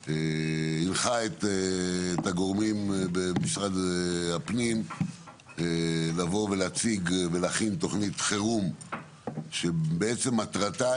בקרוב הנחה את הגורמים במשרד הפנים להכין ולהציג תוכנית חירום שמטרתה